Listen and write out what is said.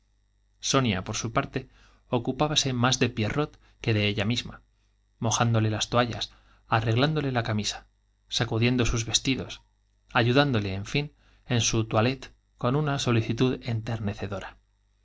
sonia por su parte ocupábase más de pierrot que de ella misma mojándole las toallas arreglándole la camisa sacúdiendo sus vestidos ayudándole en fin en su toilette con una solicitud enternecedora